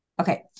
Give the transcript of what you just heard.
okay